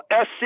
SC